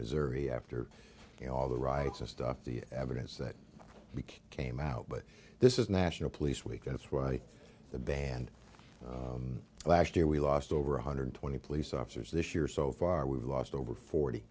missouri after you know all the rights and stuff the evidence that came out but this is national police week that's why the band last year we lost over one hundred twenty police officers this year so far we've lost over forty